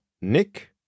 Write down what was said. Nick